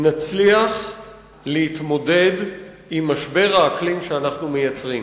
נצליח להתמודד עם משבר האקלים שאנחנו מייצרים?